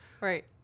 Right